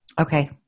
Okay